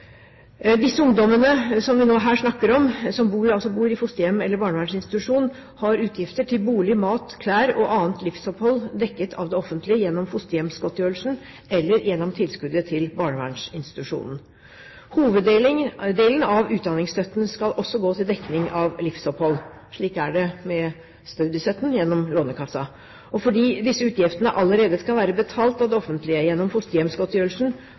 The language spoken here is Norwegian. Disse ungdommene, som vi nå her snakker om, som altså bor i fosterhjem eller barnevernsinstitusjon, har utgifter til bolig, mat, klær og annet livsopphold dekket av det offentlige gjennom fosterhjemsgodtgjørelsen eller gjennom tilskuddet til barnevernsinstitusjonen. Hoveddelen av utdanningsstøtten skal også gå til dekning av livsopphold. Slik er det med studiestøtten gjennom Lånekassen. Fordi disse utgiftene allerede skal være betalt av det offentlige gjennom fosterhjemsgodtgjørelsen,